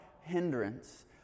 hindrance